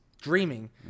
dreaming